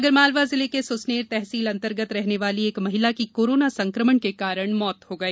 आगरमालवा जिले की सुसनेर तहसील अंतर्गत रहने वाली एक महिला की कोरोना संक्रमण के कारण मौत हो गई